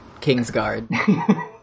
Kingsguard